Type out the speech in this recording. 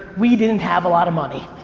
we didn't have a lot of money.